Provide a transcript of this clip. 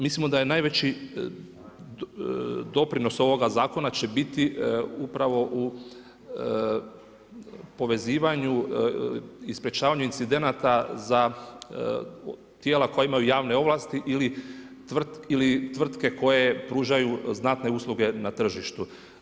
Mislimo da je najveći doprinos ovoga Zakona će biti upravo u povezivanju i sprječavanju incidenata za tijela koja imaju javne ovlasti ili tvrtke koje pružaju znatne usluge na tržištu.